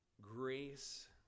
Grace